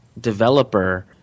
developer